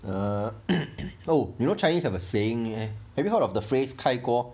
uh so you know chinese have a saying eh have you heard of the phrase 开锅